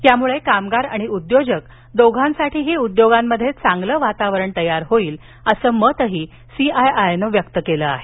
यामुळे कामगार आणि उद्योजक दोघांसाठीही उद्योगांमध्ये चांगलं वातावरण तयार होईल असं मत सीआयआय नं व्यक्त केलं आहे